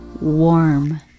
warm